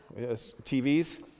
TVs